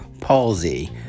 Palsy